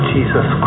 Jesus